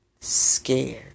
scared